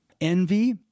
Envy